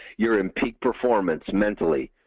you're in peak performance mentally.